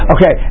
Okay